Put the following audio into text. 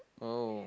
oh